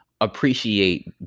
appreciate